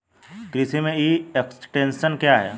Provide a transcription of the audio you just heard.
कृषि में e extension क्या है?